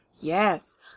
Yes